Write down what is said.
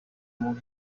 able